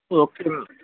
okay